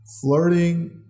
Flirting